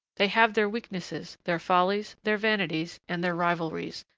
they have their weaknesses, their follies, their vanities, and their rivalries,